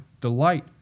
delight